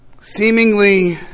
seemingly